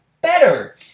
better